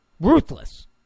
Ruthless